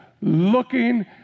looking